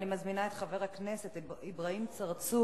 אני מזמינה את חבר הכנסת אברהים צרצור